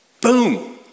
Boom